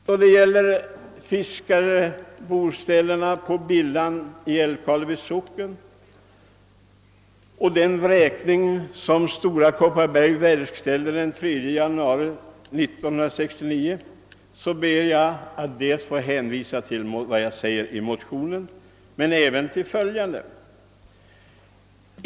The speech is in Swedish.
Då det gäller fiskarboställena i Bilhamn i Älvkarleby socken och den vräkning som Stora kopparbergs bergslags AB verkställde den 3 januari 1969 ber jag att dels få hänvisa till vad jag säger i motionen men även till följande.